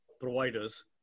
providers